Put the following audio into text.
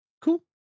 cool